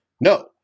No